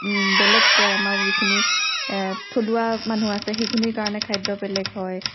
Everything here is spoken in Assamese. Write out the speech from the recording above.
বেলেগ আমাৰ যিখিনি এ থলুৱা মানুহ আছে সেইখিনিৰ কাৰণে খাদ্য বেলেগ হয়